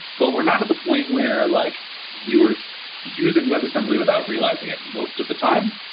but we're not at the point where like you are using webassembly without realizing it most of the time.